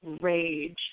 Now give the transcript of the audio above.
rage